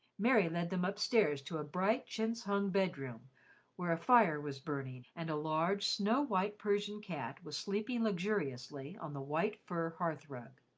mary led them upstairs to a bright chintz-hung bedroom where a fire was burning, and a large snow-white persian cat was sleeping luxuriously on the white fur hearth-rug.